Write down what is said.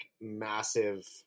massive